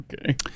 Okay